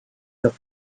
the